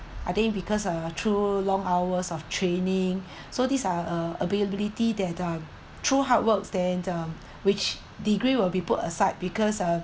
I think because uh through long hours of training so these are uh availability that uh through hard work then um which degree will be put aside because uh